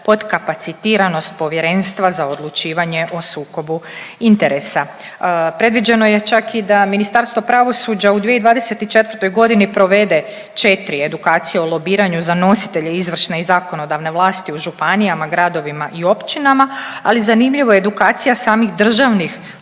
potkapacitiranost Povjerenstva za odlučivanje o sukobu interesa. Predviđeno je čak i da Ministarstvo pravosuđa u 2024.g. provede 4 edukacije o lobiranju za nositelje izvršne i zakonodavne vlasti u županijama, gradovima i općinama, ali zanimljivo je, edukacija samih državnih